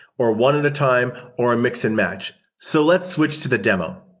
or one at a time, or a mix-and-match. so let's switch to the demo.